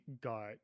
got